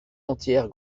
entière